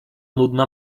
nudna